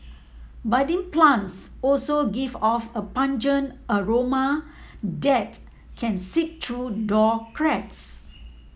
budding plants also give off a pungent aroma that can seep through door cracks